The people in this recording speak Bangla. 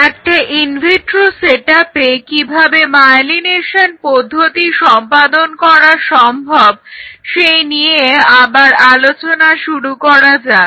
একটা ইনভিট্রো সেটআপে কিভাবে মায়েলিনেশন পদ্ধতি সম্পাদন করা সম্ভব সেই নিয়ে আবার আলোচনা শুরু করা যাক